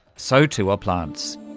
so too are plants.